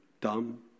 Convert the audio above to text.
dumb